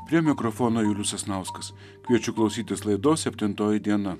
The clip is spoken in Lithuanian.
prie mikrofono julius sasnauskas kviečiu klausytis laidos septintoji diena